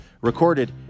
recorded